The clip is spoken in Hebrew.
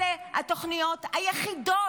אלה התוכניות היחידות